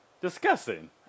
Disgusting